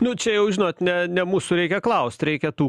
nu čia jau žinot ne ne mūsų reikia klaust reikia tų